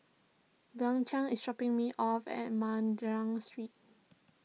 Bianca is shopping me off at Madras Street